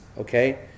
okay